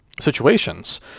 situations